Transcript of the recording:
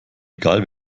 egal